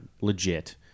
legit